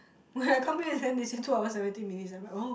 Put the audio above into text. when I come here and send they say two hours and fifteen minutes I'm like oh